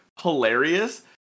hilarious